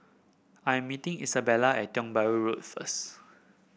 I am meeting Isabela at Tiong Bahru Road first